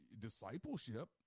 discipleship